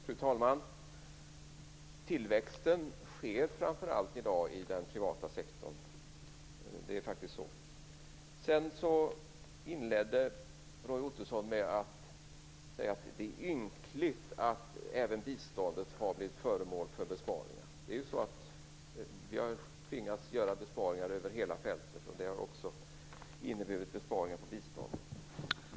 Fru talman! Tillväxten sker i dag framför allt i den privata sektorn. Det är faktiskt så. Roy Ottosson inledde med att säga att det är ynkligt att även biståndet har blivit föremål för besparingar. Det är ju så att vi har tvingats att göra besparingar över hela fältet, vilket också har inneburit besparingar på biståndet.